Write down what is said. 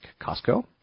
Costco